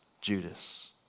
Judas